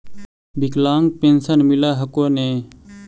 विकलांग पेन्शन मिल हको ने?